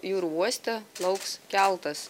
jūrų uoste plauks keltas